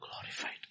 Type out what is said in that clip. glorified